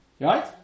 right